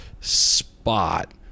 spot